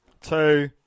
two